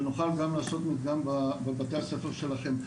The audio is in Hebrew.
שנוכל גם לעשות מדגם בבתי הספר שלכם,